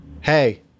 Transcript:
Hey